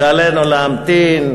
שעלינו להמתין,